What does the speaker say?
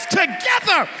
together